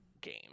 game